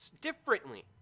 differently